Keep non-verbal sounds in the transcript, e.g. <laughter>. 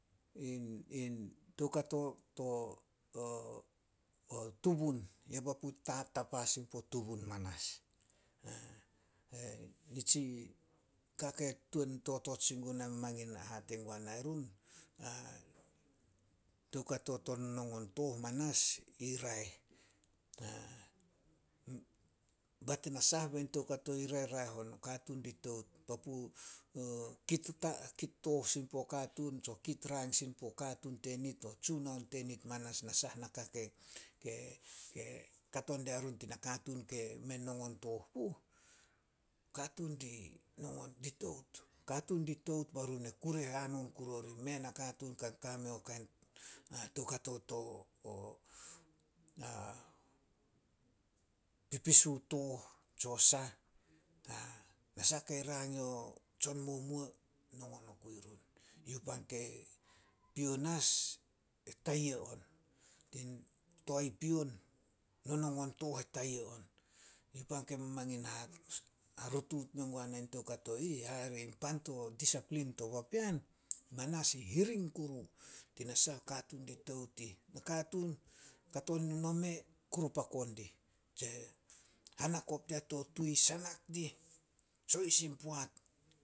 <hesitation> Toukato to <hesitation> o tubun. Ya papu ta- tapa sin puo tubun manas. <hesitation> Yi tsika ke tuan totot sin guna mangin hate guanai run, <hesitation> toukato to nonongon tooh i manas i raeh. <hesitation> Ba tinasah bain toukato ire raeh on, o katuun ri tout papu <hesitation> <unintelligible> kit tooh sin puo katuun tsi kit rang sin puo katuun tenit, o tsunaon tenit manas na sahanka ke <hesitation> kato diarun tin nakatuun ke mei nongon tooh puh. Katuun di <unintelligible> tout. Katuun di tout be run kure hanon kuru orih, mei a nakatuun ka kame yo kain toukato to <hesitation> pipisu tooh, tsio sah. <hesitation> Nasah kei rang yo tsonmumuo, nongon okui run. Youh pan ke, pion as e tayia on. <unintelligible> Toae pion, nonongon tooh e tayia on. Yi pan ke mamangin <hesitation> harutuut men guana toukato ih hare in pan to disaplin to papean, manas i hiring kuru. Tinasah, katuun ri tout ih, nakatuun kato no nome, kurupako dih tse hanakop dia to tui, sanak dih sohis in poat.